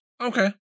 Okay